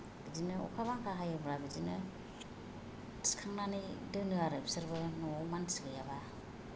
बिदिनो अखा बांखा हायोब्ला बिदिनो थिखांनानै दोनो आरो बिसोरबो नआव मानसि गैयाबा